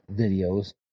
videos